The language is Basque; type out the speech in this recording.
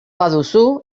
baduzu